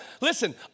listen